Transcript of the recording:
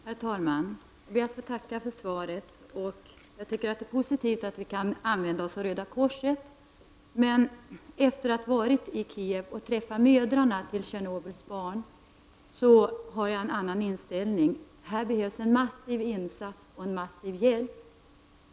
Herr talman! Jag ber att få tacka för svaret. Jag tycker att det är positivt att vi kan använda oss av Röda korset. Men efter att ha varit i Kiev och träffat Mödrarna till Tjernobyls barn har jag en annan inställning: Här behövs en massiv insats och en massiv hjälp.